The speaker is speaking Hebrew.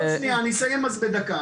לא, אני אסיים אז לדקה.